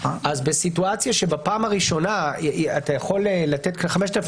אז בסיטואציה שבפעם הראשונה אתה יכול לתת 5,000 שקל,